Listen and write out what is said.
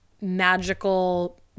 magical